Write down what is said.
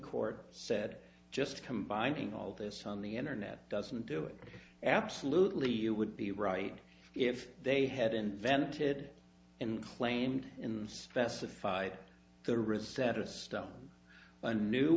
court said just combining all this on the internet doesn't do it absolutely you would be right if they had invented and claimed in specified the receptive stone a new